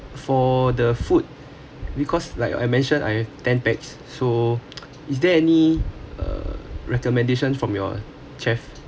for the food because like I have mentioned I ten pax so is there any uh recommendations from your chef